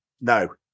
No